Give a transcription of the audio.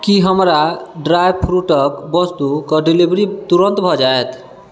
की हमरा ड्रायफ्रूटक वस्तु कऽ डिलीवरी तुरन्त भए जाएत